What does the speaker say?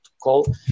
call